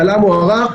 צלם מוערך.